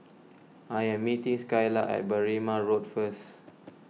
I am meeting Skylar at Berrima Road first